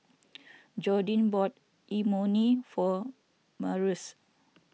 Jordi bought Imoni for Marius